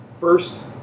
First